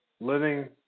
living